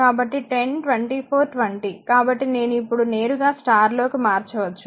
కాబట్టి 10 24 20 కాబట్టి నేను ఇప్పుడు నేరుగా స్టార్ లోకి మార్చవచ్చు